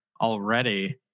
already